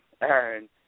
Aaron